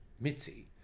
Mitzi